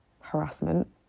harassment